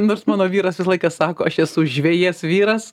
nors mano vyras visą laiką sako aš esu žvejės vyras